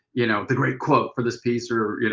you know, the great quote for this piece or, you know,